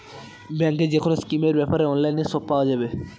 ব্যাঙ্কের যেকোনো স্কিমের ব্যাপারে অনলাইনে সব পাওয়া যাবে